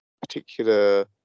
particular